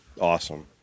awesome